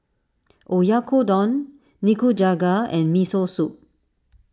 Oyakodon Nikujaga and Miso Soup